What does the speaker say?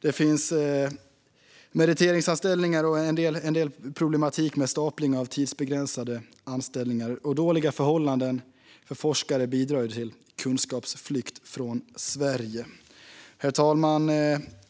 Det finns också brister gällande meriteringsanställningar och en problematik med stapling av tidsbegränsade anställningar. Dåliga förhållanden för forskare bidrar till kunskapsflykt från Sverige. Herr talman!